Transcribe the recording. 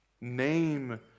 name